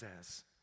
says